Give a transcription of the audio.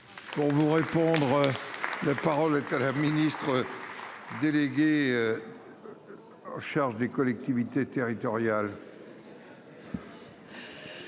Pour vous répondre. La parole est à la ministre. Déléguée. En charge des collectivités territoriales.